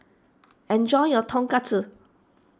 enjoy your Tonkatsu